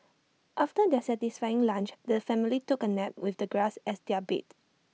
after their satisfying lunch the family took A nap with the grass as their bed